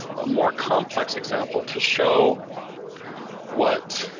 a more complex example to show what